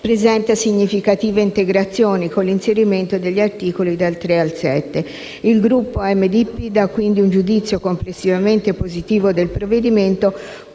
presenta significative integrazioni, con l'inserimento degli articoli dal 3 al 7. Il Gruppo MDP dà quindi un giudizio complessivamente positivo del provvedimento,